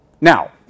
Now